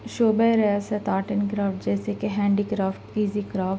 شعبہ ریاست art and craft جیسے کہ ہینڈی کرافٹ ایزی کرافٹ